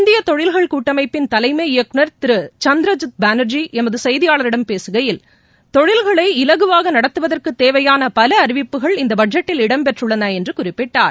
இந்திய தொழில்கள் கூட்டமைப்பிள் தலைமை இயக்குநர் திரு சுந்திரஜித் பானர்ஜி எமது செய்தியாளர்களிடம் பேசுகையில் தொழில்களை இலகுவாக நடத்துவதற்கு தேவையான பல அறிவிப்புகள் இந்த பட்டஜெட்டில் இடம்பெற்றுள்ளன என்று குறிப்பிட்டார்